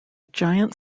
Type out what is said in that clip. giant